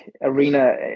arena